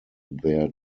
their